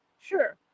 Sure